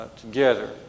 together